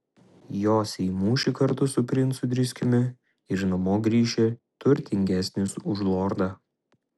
josi į mūšį kartu su princu driskiumi ir namo grįši turtingesnis už lordą